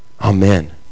Amen